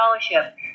scholarship